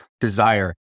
desire